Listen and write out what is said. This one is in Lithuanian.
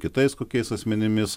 kitais kokiais asmenimis